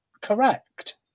correct